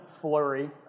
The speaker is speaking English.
Flurry